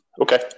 Okay